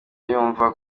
yumva